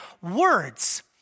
words